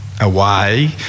away